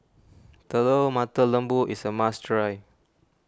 Telur Mata Lembu is a must try